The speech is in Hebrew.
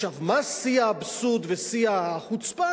מה שיא האבסורד ושיא החוצפה,